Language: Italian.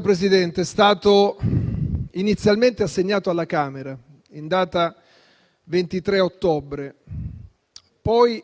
Presidente, è stato inizialmente assegnato alla Camera in data 23 ottobre e poi